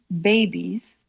babies